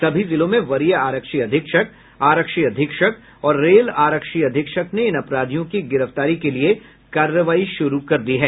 सभी जिलों में वरीय आरक्षी अधीक्षक आरक्षी अधीक्षक और रेल आरक्षी अधीक्षक ने इन अपराधियों की गिरफ्तार के लिए कार्रवाई शुरू कर दी है